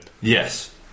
Yes